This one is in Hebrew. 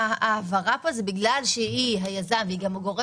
ההעברה כאן היא בגלל שהיא היזם והיא גם הגורם